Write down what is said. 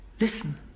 Listen